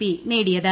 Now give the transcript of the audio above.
P നേടിയത്